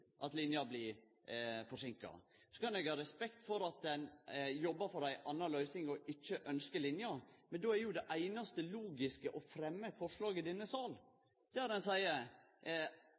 at linja blir forseinka. Så kan eg ha respekt for at ein jobbar for ei anna løysing og ikkje ynskjer linja, men då er det einaste logiske å fremje forslag i denne salen der